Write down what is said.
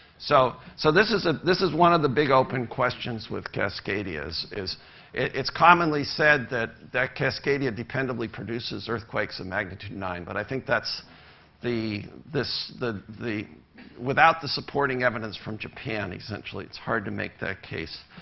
so so this is a this is one of the big, open questions with cascadia is is it's commonly said that that cascadia dependably produces earthquakes of magnitude nine, but i think that's the the the without the supporting evidence from japan, essentially, it's hard to make that case.